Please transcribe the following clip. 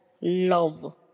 love